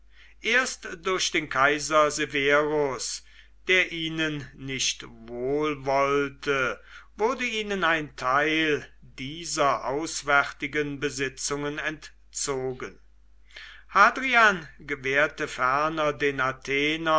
erst durch den kaiser severus der ihnen nicht wohlwollte wurde ihnen ein teil dieser auswärtigen besitzungen entzogen hadrian gewährte ferner den